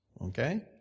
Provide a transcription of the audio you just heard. okay